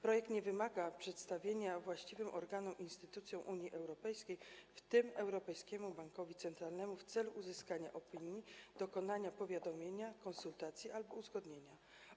Projekt nie wymaga przedstawienia go właściwym organom i instytucjom Unii Europejskiej, w tym Europejskiemu Bankowi Centralnemu, w celu uzyskania opinii, dokonania powiadomienia, konsultacji albo uzgodnienia.